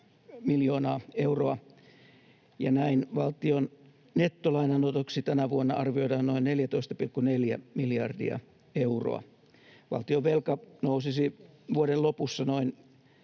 miljoonaa euroa. Näin valtion nettolainanotoksi tänä vuonna arvioidaan noin 14,4 miljardia euroa. Valtionvelka nousisi vuoden lopussa noin